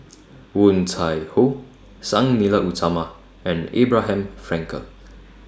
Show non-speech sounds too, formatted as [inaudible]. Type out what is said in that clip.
[noise] Woon Tai Ho Sang Nila Utama and Abraham Frankel